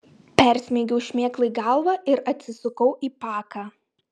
persmeigiau šmėklai galvą ir atsisukau į paką